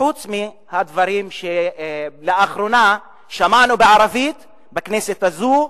חוץ מהדברים שלאחרונה שמענו בערבית בכנסת הזאת,